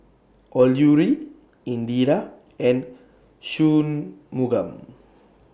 Alluri Indira and Shunmugam